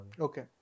Okay